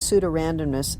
pseudorandomness